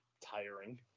tiring